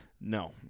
No